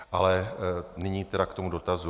Ale nyní k tomu dotazu.